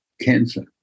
cancer